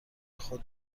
خود